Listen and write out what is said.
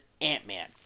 ant-man